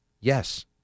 Yes